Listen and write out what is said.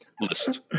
list